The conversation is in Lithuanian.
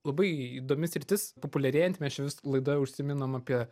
labai įdomi sritis populiarėjanti mes čia vis laidoj užsiminam apie